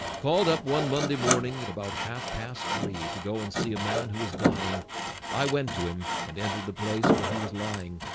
called up one monday morning at about half-past three to go and see a man who was dying i went to him and entered the place where he was lying